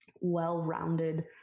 well-rounded